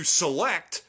select